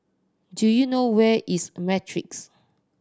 do you know where is Matrix